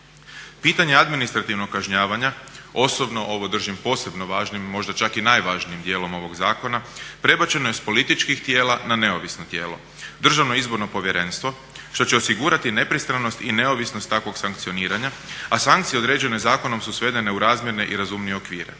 Pitanje administrativnog kažnjavanja, osobno ovo držim posebno važnim i možda čak i najvažnijim dijelom ovog zakona, prebačeno je sa političkih tijela na neovisno tijelo, Državno izborno povjerenstvo, što će osigurati nepristranost i neovisnost takvog sankcioniranja. A sankcije određene zakonom su svedene u razmjerne i razumljive okvire.